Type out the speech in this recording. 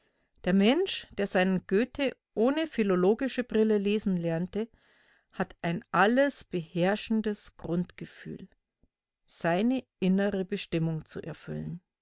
der mensch der seinen goethe ohne philologische brille lesen lernte hat ein alles beherrschendes grundgefühl seine innere bestimmung zu erfüllen